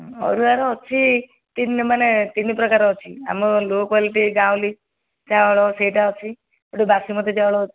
ଅରୁଆର ଅଛି ମାନେ ତିନି ପ୍ରକାରର ଅଛି ଆମ ଲୋ କ୍ଵାଲିଟି ଆମ ଗାଁଉଲି ଚାଉଳ ସେହିଟା ଅଛି ଗୋଟିଏ ବାସୁମତୀ ଅଛି